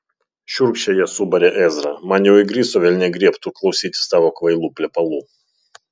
šiurkščiai ją subarė ezra man jau įgriso velniai griebtų klausytis tavo kvailų plepalų